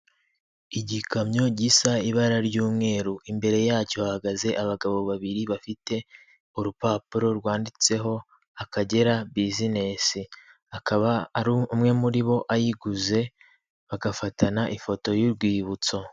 Igikamyo gisa ibara ry'umweru. Imbere yacyo hahagaze abagabo babiri bafite urupapuro rwanditseho Akagera bisinesi. Akaba ari umwe muri bo ayiguze bagafatana ifoto y'urwibutso.